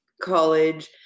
college